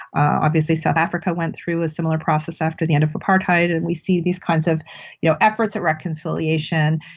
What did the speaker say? obviously south africa went through a similar process after the end of apartheid, and we see these kinds of you know efforts at reconciliation,